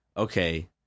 Okay